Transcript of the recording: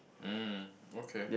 um okay